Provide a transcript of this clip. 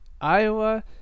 Iowa